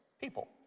people